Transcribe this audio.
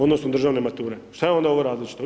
Odnosno državne mature, šta je onda ovo različito?